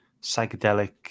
psychedelic